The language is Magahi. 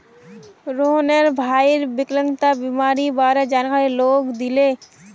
रोहनेर भईर विकलांगता बीमारीर बारे जानकारी लोगक दीले